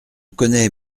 connais